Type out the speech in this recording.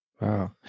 Wow